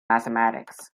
mathematics